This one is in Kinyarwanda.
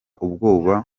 ubwoba